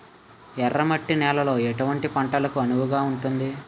ఎర్ర మట్టి నేలలో ఎటువంటి పంటలకు అనువుగా ఉంటుంది?